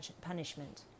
punishment